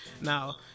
Now